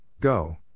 go